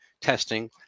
testing